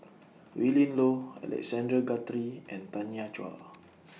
Willin Low Alexander Guthrie and Tanya Chua